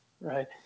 right